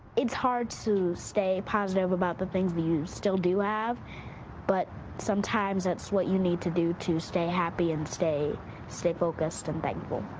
it's hard to stay positive about the things that you still do have but sometimes that's what you need to do to stay happy and stay stay focused and thankful.